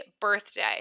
birthday